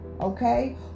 okay